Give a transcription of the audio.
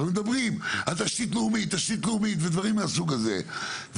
ומדברים על תשתית לאומית ותשתית לאומית ודברים מהסוג הזה,